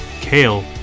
Kale